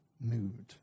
mood